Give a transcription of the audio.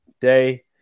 day